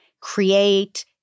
create